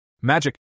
Magic